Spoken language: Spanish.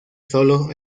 sólo